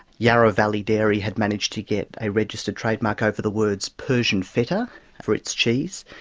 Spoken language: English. yarra valley dairy had managed to get a registered trademark over the words persian feta for its cheese.